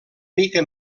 mica